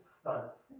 stunts